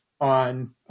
on